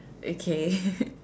okay